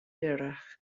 hirach